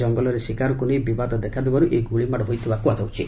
ଜଙ୍ଗଲରେ ଶିକାରକୁ ନେଇ ବିବାଦ ଦେଖା ଦେବାରୁ ଏହି ଗୁଳିମାଡ ହୋଇଥିବା କୁହାଯାଉଛି